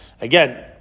Again